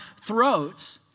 throats